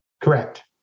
Correct